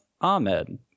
Ahmed